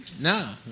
No